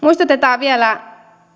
muistutetaan vielä